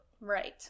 right